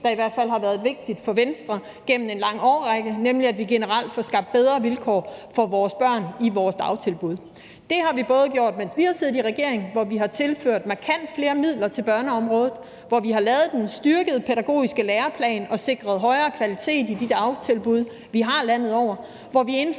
der i hvert fald har været vigtig for Venstre gennem en lang årrække, nemlig at vi generelt får skabt bedre vilkår for vores børn i vores dagtilbud. Det har vi sørget før, mens vi har siddet i regering, hvor vi har tilført børneområdet markant flere midler, hvor vi har lavet den styrkede pædagogiske læreplan og sikret højere kvalitet i de dagtilbud, vi har landet over, og hvor vi indførte